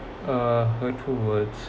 uh hurtful words